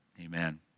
Amen